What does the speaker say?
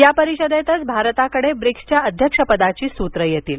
या परिषदेतच भारताकडं ब्रिक्सच्या अध्यक्षपदाची सूत्रे येतील